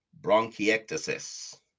bronchiectasis